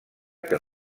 que